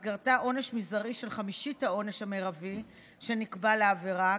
ולקבוע במסגרתה עונש מזערי של חמישית העונש המרבי שנקבע לעבירה,